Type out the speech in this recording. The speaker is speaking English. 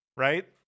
Right